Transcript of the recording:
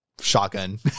shotgun